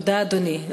תודה, אדוני.